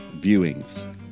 viewings